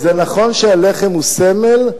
זה נכון שהלחם הוא סמל,